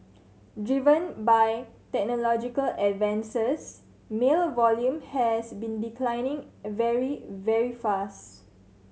driven by technological advances mail volume has been declining very very fast